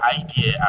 idea